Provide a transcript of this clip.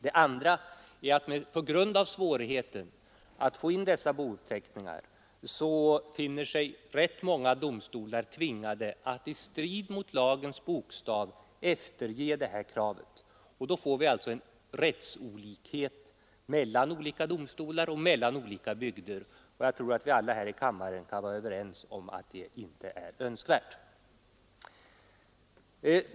Det gäller för det andra det förhållandet att rätt många domstolar finner sig tvingade att på grund av svårigheten att få in dessa bouppteckningar, i strid mot lagens bokstav efterge dessa krav. Då får vi en rättsolikhet mellan olika domstolar och olika bygder. Jag tror att vi alla i kammaren kan vara överens om att det inte är önskvärt.